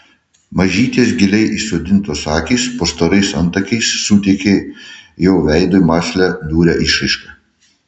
mažytės giliai įsodintos akys po storais antakiais suteikė jo veidui mąslią niūrią išraišką